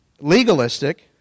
legalistic